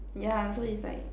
yeah so is like